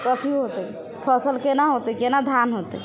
कथी होतै फसल कोना होतै कोना धान होतै